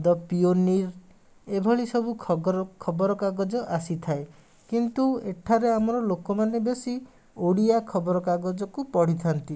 ଦ pioneer ଏଭଳି ସବୁ ଖବର କାଗଜ ଆସିଥାଏ କିନ୍ତୁ ଏଠାରେ ଆମର ଲୋକମାନେ ବେଶୀ ଓଡ଼ିଆ ଖବର କାଗଜକୁ ପଢ଼ିଥାନ୍ତି